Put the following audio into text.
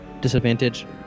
disadvantage